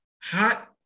hot